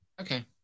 Okay